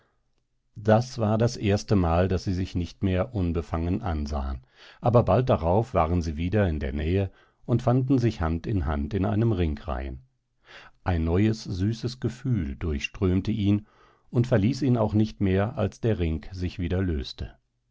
das war das erstemal daß sie sich nicht mehr unbefangen ansahen aber bald darauf waren sie wieder in der nähe und fanden sich hand in hand in einem ringreihen ein neues süßes gefühl durchströmte ihn und verließ ihn auch nicht mehr als der ring sich wieder löste